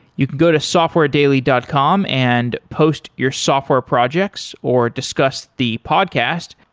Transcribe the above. you can go to softwaredaily dot com and post your software projects, or discuss the podcast.